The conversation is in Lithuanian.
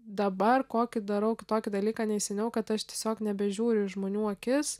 dabar kokį darau kitokį dalyką nei seniau kad aš tiesiog nebežiūriu į žmonių akis